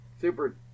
super